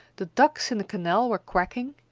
the ducks in the canal were quacking,